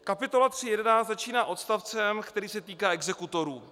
Kapitola 3.11 začíná odstavcem, který se týká exekutorů.